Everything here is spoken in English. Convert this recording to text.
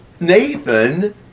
Nathan